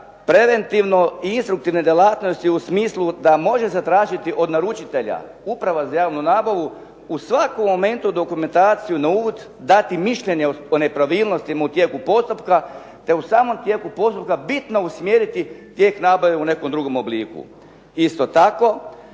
preventivno i instruktivne djelatnosti u smislu da može zatražiti od naručitelja Uprava za javnu nabavu u svakom momentu dokumentaciju na uvid, dati mišljenje o nepravilnosti u tijeku postupka te u samom tijeku postupka bitno usmjeriti tijek nabave u nekom drugom obliku. Isto tako,